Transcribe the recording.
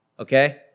Okay